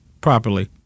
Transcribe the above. properly